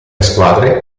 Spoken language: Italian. squadre